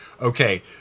okay